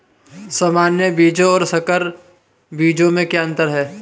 सामान्य बीजों और संकर बीजों में क्या अंतर है?